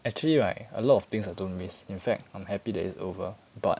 actually right a lot of things I don't miss in fact I'm happy that it's over but